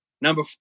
Number